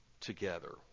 together